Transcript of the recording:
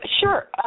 Sure